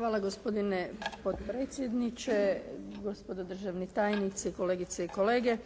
Hvala gospodine potpredsjedniče, gospodo državni tajnici, kolegice i kolege.